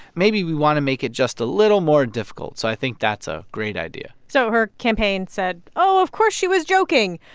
maybe we want to make it just a little more difficult. so i think that's a great idea. so her campaign said, oh, of course she was joking.